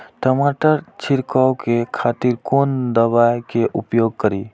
टमाटर छीरकाउ के खातिर कोन दवाई के उपयोग करी?